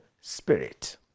Spirit